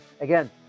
again